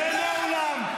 צא החוצה.